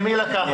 ממי לקחת?